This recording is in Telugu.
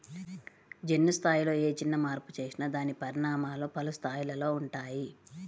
జన్యు స్థాయిలో ఏ చిన్న మార్పు చేసినా దాని పరిణామాలు పలు స్థాయిలలో ఉంటాయి